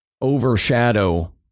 overshadow